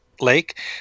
lake